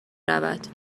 رود